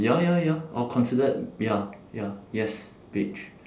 ya ya ya or considered ya ya yes beige